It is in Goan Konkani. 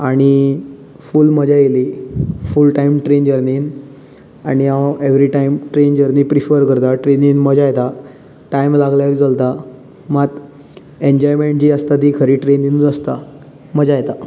आनी फूल मजा येयली फूल टायम ट्रेन जर्नीन आनी हांव every time train journey prefer करता ट्रेनीन मजा येता टायम लागल्यारूय चलता मात एन्जॉयमॅण्ट जी आसता ती खरी ट्रेनिनूत आसता मजा येता